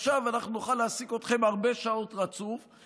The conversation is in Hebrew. עכשיו אנחנו נוכל להעסיק אתכם הרבה שעות רצוף,